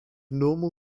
normal